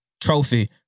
trophy